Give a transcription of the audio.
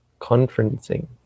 conferencing